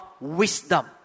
wisdom